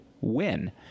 win